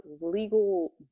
legal